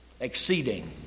exceeding